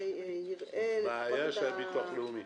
שיבחן --- זו בעיה של הביטוח הלאומי.